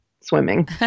swimming